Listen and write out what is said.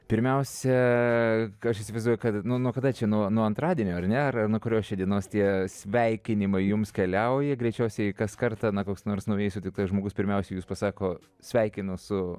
pirmiausia aš įsivaizduoju kad nuo kada čia nuo nuo antradienio ar ne ar nuo kurio čia dienos tie sveikinimai jums keliauja greičiausiai kas kartą na koks nors naujai sutiktas žmogus pirmiausiai jums pasako sveikinu su